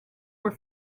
were